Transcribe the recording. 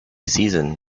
season